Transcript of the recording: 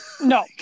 No